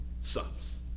sons